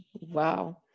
Wow